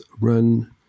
run